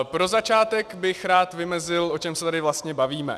Pro začátek bych rád vymezil, o čem se tady vlastně bavíme.